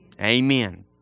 Amen